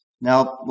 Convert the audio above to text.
Now